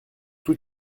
tout